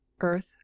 earth